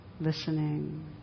listening